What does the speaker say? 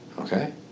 Okay